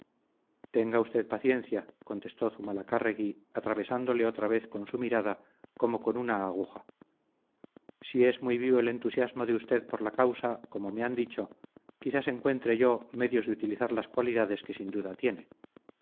tenga usted paciencia contestó zumalacárregui atravesándole otra vez con su mirada como con una aguja si es muy vivo el entusiasmo de usted por la causa como me han dicho quizás encuentre yo medios de utilizar las cualidades que sin duda tiene